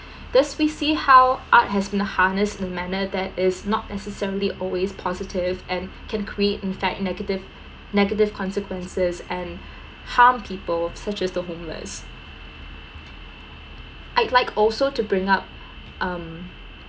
thus we see how art has been harness in a manner that is not necessarily always positive and can create in fact negative negative consequences and harm people such as the homeless I'd like also to bring up um